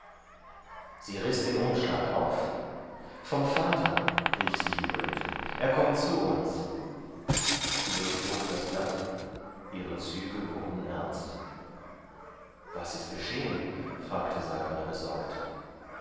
sie riß den umschlag auf vom vater rief sie jubelnd er kommt zu uns sie durchflog das blatt ihre züge wurden ernst was ist geschehen fragte saltner besorgt